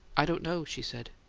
i don't know, she said.